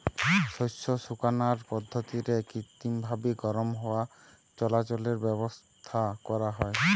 শস্য শুকানার পদ্ধতিরে কৃত্রিমভাবি গরম হাওয়া চলাচলের ব্যাবস্থা করা হয়